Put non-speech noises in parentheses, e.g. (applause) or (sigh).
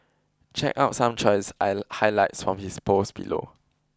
check out some choice (unintelligible) highlights from his post below